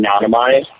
anonymized